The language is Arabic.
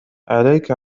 عليك